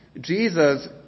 Jesus